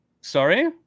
Sorry